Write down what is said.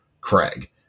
Craig